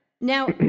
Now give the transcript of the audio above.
Now